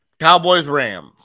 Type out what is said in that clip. Cowboys-Rams